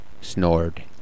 snored